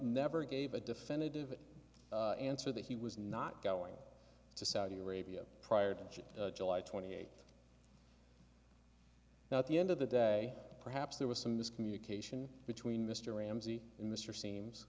never gave a definitive answer that he was not going to saudi arabia prior to july twenty eighth now at the end of the day perhaps there was some miscommunication between mr ramsey mr seems